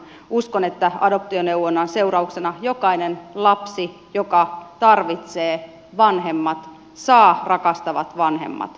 uskon että adoptioneuvonnan seurauksena jokainen lapsi joka tarvitsee vanhemmat saa rakastavat vanhemmat